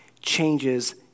changes